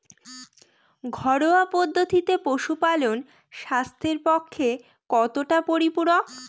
ঘরোয়া পদ্ধতিতে পশুপালন স্বাস্থ্যের পক্ষে কতটা পরিপূরক?